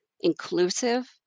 inclusive